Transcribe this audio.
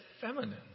feminine